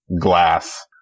Glass